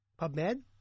PubMed